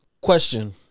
Question